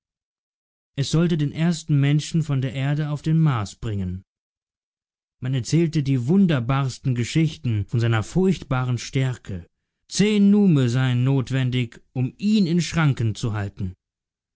es sollte den ersten menschen von der erde auf den mars bringen man erzählte die wunderbarsten geschichten von seiner furchtbaren stärke zehn nume seien notwendig um ihn in schranken zu halten